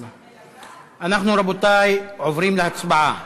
אנחנו, רבותי, עוברים להצבעה.